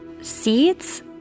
Seeds